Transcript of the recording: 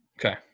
okay